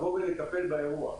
לבוא ולטפל באירוע.